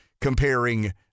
comparing